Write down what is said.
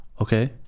Okay